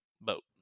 boat